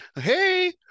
hey